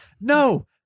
no